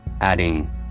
adding